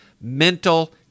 mental